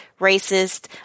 racist